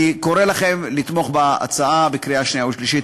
אני קורא לכם לתמוך בהצעה בקריאה שנייה ושלישית.